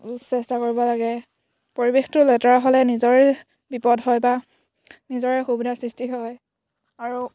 চেষ্টা কৰিব লাগে পৰিৱেশটো লেতেৰা হ'লে নিজৰে বিপদ হয় বা নিজৰে অসুবিধাৰ সৃষ্টি হয় আৰু